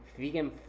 vegan